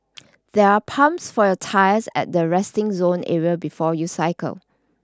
there are pumps for your tyres at the resting zone it will before you cycle